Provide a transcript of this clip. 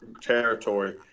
territory